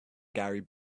gary